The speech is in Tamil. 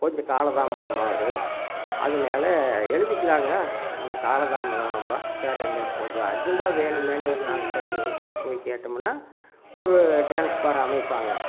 கொஞ்சம் கால தாமதம் ஆகும் அதனால எழுதிக்கிலாங்க ஆனால் காலம் தாமதம் சார் எங்களுக்கு கொஞ்சம் அர்ஜென்ட்டாக வேணுமேன்னு ஒரு நாங்கள் பத்து விவசாயி போய் கேட்டோம்னா ஒரு டிரான்ஸ்ஃபாரம் அமைப்பாங்க